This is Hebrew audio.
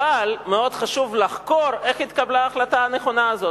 אבל מאוד חשוב לחקור איך התקבלה ההחלטה הנכונה הזאת.